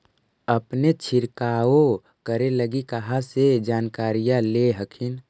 अपने छीरकाऔ करे लगी कहा से जानकारीया ले हखिन?